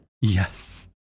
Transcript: Yes